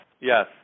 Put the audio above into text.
Yes